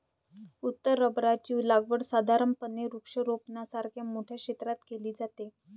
उत्तर रबराची लागवड साधारणपणे वृक्षारोपणासारख्या मोठ्या क्षेत्रात केली जाते